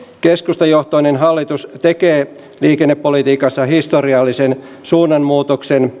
keskustajohtoinen hallitus tekee liikennepolitiikassa historiallisen suunnanmuutoksen